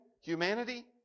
humanity